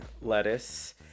lettuce